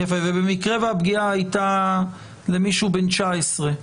ובמקרה שהפגיעה הייתה למי שהוא בן 19,